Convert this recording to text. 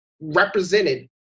represented